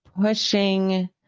pushing